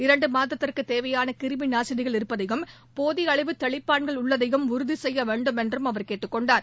இரண்டு மாதத்திற்கு தேவையான கிருமி நாசினிகள் இருப்பதையும் போதிய அளவு தெளிப்பான்கள் உள்ளதையும் உறுதி செய்ய வேண்டும் என்றும் அவர் கேட்டுக் கொண்டார்